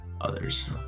others